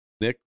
Nick